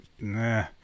nah